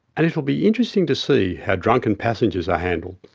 and it will be interesting to see how drunken passengers are handled.